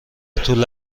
طول